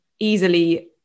easily